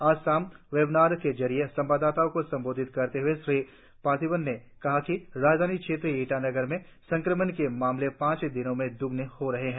आज शाम बेवनार के जरिए संवाददाताओं को संबोध्ति करते हए श्री पार्थिबन ने कहा कि राजधानी क्षेत्र ईटानगर में संक्रमण के मामले पांच दिनों में द्गने हो रहे है